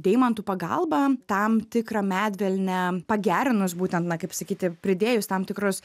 deimantų pagalba tam tikrą medvilnę pagerinus būtent na kaip sakyti pridėjus tam tikrus